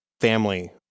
family